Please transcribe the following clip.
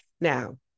Now